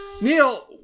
Neil